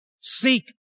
Seek